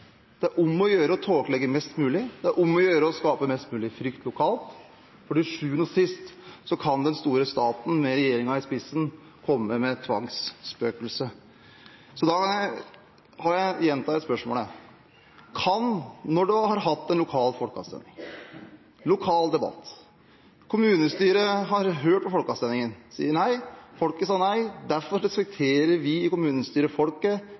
Det er om å gjøre å tåkelegge mest mulig, det er om å gjøre å skape mest mulig frykt lokalt, for til sjuende og sist kan den store staten med regjeringen i spissen komme med tvangsspøkelset. Så da gjentar jeg spørsmålet. Når man har hatt en lokal folkeavstemning og lokal debatt, og kommunestyret har hørt på folkeavstemningen og sier nei – folket sa nei, derfor respekterer vi i kommunestyret folket,